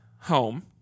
home